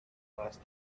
last